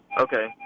Okay